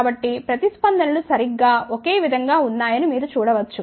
కాబట్టి ప్రతిస్పందనలు సరిగ్గా ఒకే విధం గా ఉన్నాయని మీరు చూడ వచ్చు